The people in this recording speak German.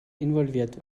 involviert